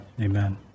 amen